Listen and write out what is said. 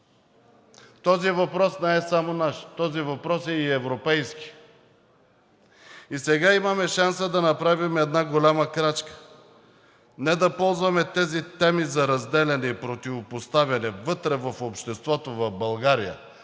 Този въпрос не е само наш, този въпрос е и европейски и сега имаме шанса да направим една голяма крачка. Не да ползваме тези теми за разделяне и противопоставяне вътре в обществото в България,